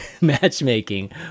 matchmaking